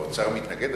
האוצר מתנגד?